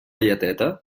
lleteta